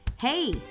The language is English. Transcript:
Hey